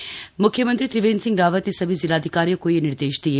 म्ख्यमंत्री त्रिवेंद्र सिंह रावत ने सभी जिलाधिकारियों को यह निर्देश दिये